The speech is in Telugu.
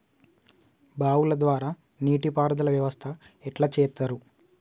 బావుల ద్వారా నీటి పారుదల వ్యవస్థ ఎట్లా చేత్తరు?